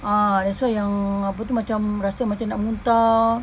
ah that's why yang apa tu macam nak muntah